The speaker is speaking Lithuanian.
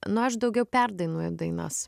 na aš daugiau perdainuoju dainas